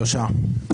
הסתייגות 213 מי בעד?